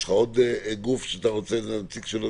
איתן, יש עוד גוף שאתה מבקש שידבר?